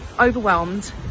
overwhelmed